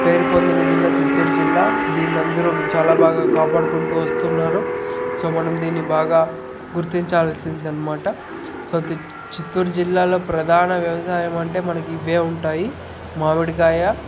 పేరుపొందిన జిల్లా చిత్తూరు జిల్లా దీన్ని అందరూ చాలా బాగా కాపాడుకుంటూ వస్తున్నారు సో దీన్ని మనం బాగా గుర్తించాల్సిందనమాట సో చిత్తూరు జిల్లాలో ప్రధాన వ్యవసాయము అంటే మనకి ఇవే ఉంటాయి మామిడికాయ